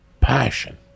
Passion